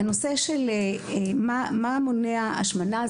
בנושא: מה מונע השמנה,